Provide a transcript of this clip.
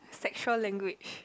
sexual language